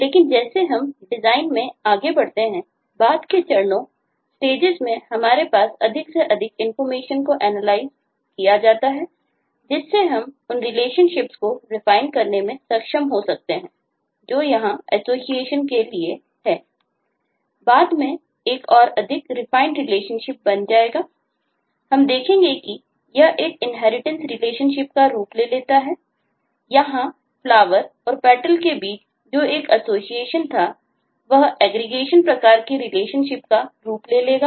लेकिन जैसे हम डिजाइन में आगे बढ़ते हैं बाद के चरणों स्टेजेस प्रकार के रिलेशनशिप का रूप ले लेगा